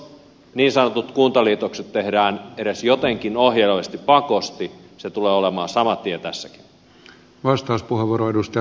jos niin sanotut kuntaliitokset tehdään edes jotenkin ohjaavasti pakosti tulee olemaan sama tie tässäkin